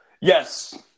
Yes